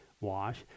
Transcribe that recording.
wash